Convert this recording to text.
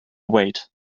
wait